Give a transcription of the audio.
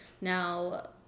Now